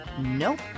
Nope